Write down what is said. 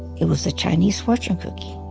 it was a chinese fortune cookie.